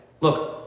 look